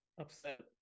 Upset